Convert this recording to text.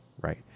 right